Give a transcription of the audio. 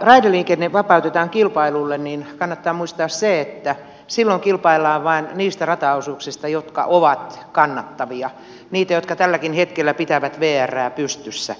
raideliikenne vapautetaan kilpailulle niin kannattaa muistaa se että silloin kilpaillaan vain niistä rataosuuksista jotka ovat kannattavia niistä jotka tälläkin hetkellä pitävät vrää pystyssä